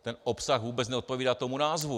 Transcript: Ten obsah vůbec neodpovídá tomu názvu.